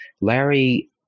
Larry